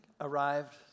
arrived